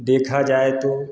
देखा जाए तो